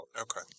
Okay